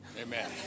Amen